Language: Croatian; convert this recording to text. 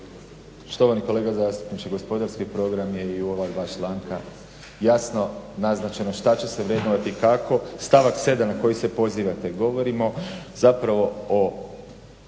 Štovani kolega zastupniče, gospodarski program je i u ova 2 članka jasno naznačeno šta će se vrednovati, kako. Stavak 7. na koji se pozivate govorimo zapravo o